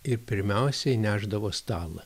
ir pirmiausia įnešdavo stalą